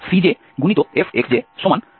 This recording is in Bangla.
সুতরাং j0nCjfxjfj0nCj